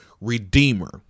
redeemer